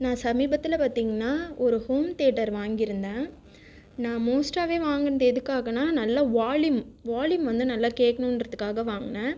நான் சமீபத்தில் பார்த்தீங்கனா ஒரு ஹோம் தியேட்டர் வாங்கியிருந்தேன் நான் மோஸ்ட்டாவே வாங்குனது எதுக்காகனா நல்லா வாள்லீயும் வாள்லீயும் வந்து நல்லா கேட்கனுன்றத்துக்காக வாங்குன